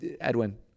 Edwin